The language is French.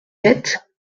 sept